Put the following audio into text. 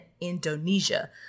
indonesia